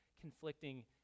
conflicting